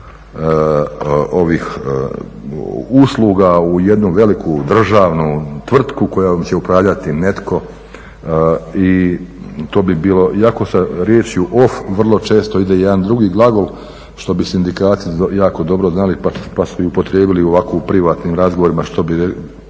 ovih usluga u jednu veliku državnu tvrtku kojom će upravljati netko i to bi bilo, iako se rječju off vrlo često ide jedan drugi glagol, što bi sindikati jako dobro znali pa su upotrijebili u privatnim razgovorima umjesto